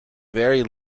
very